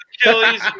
Achilles